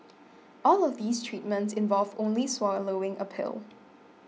all of these treatments involve only swallowing a pill